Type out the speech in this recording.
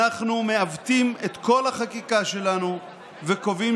אנחנו מעוותים את כל החקיקה שלנו וקובעים